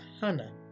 Hannah